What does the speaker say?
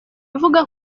avuga